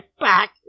back